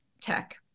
tech